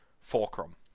fulcrum